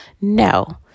No